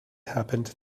happened